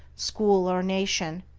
school, or nation,